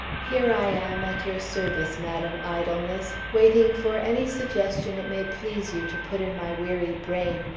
here i am, at your service, madame idleness, waiting for any suggestion it may please you to put in my weary brain,